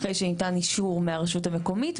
אחרי שניתן אישור של הרשות המקומית,